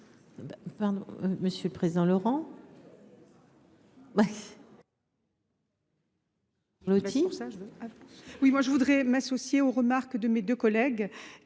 Monsieur le président, Laurent. Le. Oui, moi je voudrais m'associer aux remarques de mes 2 collègues